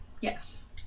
Yes